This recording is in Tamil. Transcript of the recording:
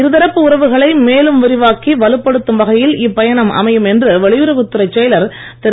இருதரப்பு உறவுகளை மேலும் விரிவாக்கி வலுப்படுத்தும் வகையில் இப்பயணம் அமையும் என்று வெளியுறவுத் துறைச் செயலர் திரு